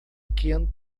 quente